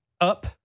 up